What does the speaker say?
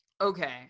okay